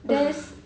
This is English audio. ugh